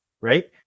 right